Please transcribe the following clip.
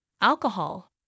Alcohol